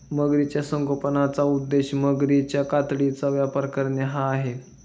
मगरीच्या संगोपनाचा उद्देश मगरीच्या कातडीचा व्यापार करणे हा आहे